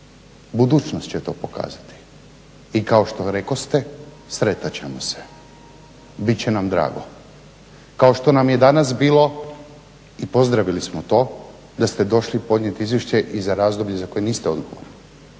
Budućnost će to pokazati. I kao što rekoste sretat ćemo se, bit će nam drago, kao što nam je i danas bilo i pozdravili smo to da ste došli podnijeti izvješće i za razdoblje za koje niste odgovorni.